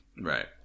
Right